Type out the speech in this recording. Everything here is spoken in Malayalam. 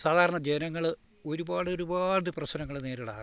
സാധാരണ ജനങ്ങൾ ഒരുപാടൊരുപാട് പ്രശ്നങ്ങൾ നേരിടാറുണ്ട്